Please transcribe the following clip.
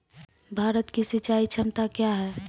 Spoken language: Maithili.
भारत की सिंचाई क्षमता क्या हैं?